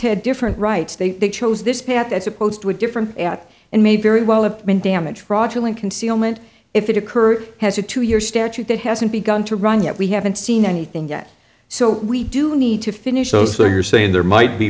had different rights they chose this path as opposed to a different and may very well have been damage fraudulent concealment if it occurred has a two year statute that hasn't begun to run yet we haven't seen anything yet so we do need to finish oh so you're saying there might be